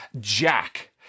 Jack